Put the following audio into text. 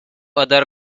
other